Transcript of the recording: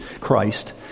Christ